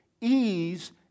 ease